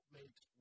makes